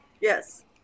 Yes